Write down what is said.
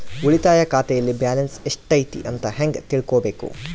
ಉಳಿತಾಯ ಖಾತೆಯಲ್ಲಿ ಬ್ಯಾಲೆನ್ಸ್ ಎಷ್ಟೈತಿ ಅಂತ ಹೆಂಗ ತಿಳ್ಕೊಬೇಕು?